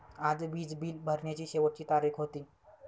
आज वीज बिल भरण्याची शेवटची तारीख होती